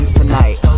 tonight